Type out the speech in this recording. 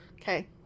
Okay